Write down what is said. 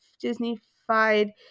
disney-fied